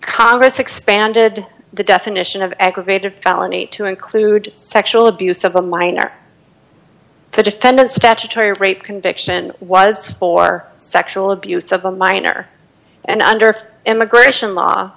congress expanded the definition of aggravated felony to include sexual abuse of a minor the defendant statutory rape conviction was for sexual abuse of a minor and under oath immigration law